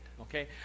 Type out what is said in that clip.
okay